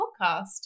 podcast